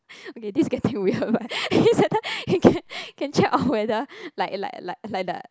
okay this getting weird but can check on whether like like like like the